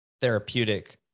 therapeutic